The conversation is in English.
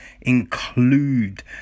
include